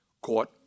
court